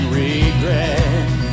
regret